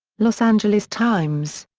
los angeles times.